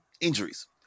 injuries